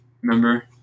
Remember